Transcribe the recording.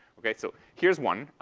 okay? so here's one.